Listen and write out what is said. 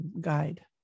guide